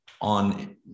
on